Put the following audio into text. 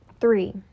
Three